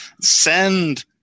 send